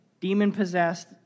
Demon-possessed